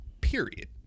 period